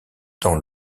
dans